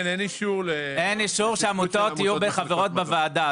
אין אישור שעמותות יהיו חברות בוועדה.